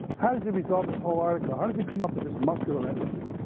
how does he resolve this whole article, how does he come up with this muscular empathy?